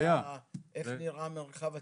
איך נראה המרחב הציבורי.